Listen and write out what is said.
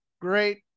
great